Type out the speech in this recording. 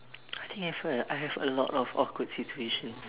I think have eh I have a lot of awkward situations